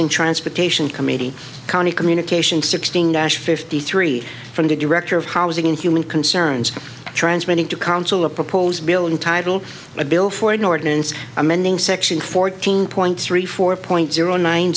in transportation committee county communications sixteen nash fifty three from the director of housing and human concerns of transmitting to council a proposed bill in title a bill for an ordinance amending section fourteen point three four point zero nine